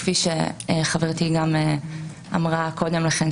כפי שחברתי שרון רופא אופיר אמרה קודם לכן,